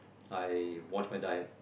I watch my diet